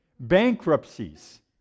Bankruptcies